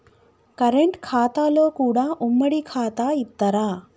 Current ఖాతాలో కూడా ఉమ్మడి ఖాతా ఇత్తరా?